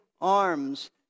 arms